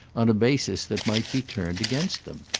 on a basis that might be turned against them.